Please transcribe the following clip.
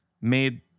made